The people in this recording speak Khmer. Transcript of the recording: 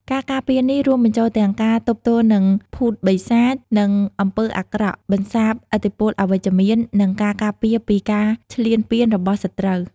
ការការពារនេះ រួមបញ្ចូលទាំង ការទប់ទល់នឹងភូតបិសាច និងអំពើអាក្រក់ បន្សាបឥទ្ធិពលអវិជ្ជមាន និងការការពារពីការឈ្លានពានរបស់សត្រូវ។